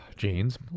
jeans